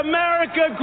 America